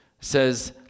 says